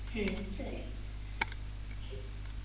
ಸರಿ